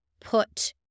put